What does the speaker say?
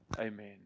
Amen